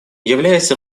являясь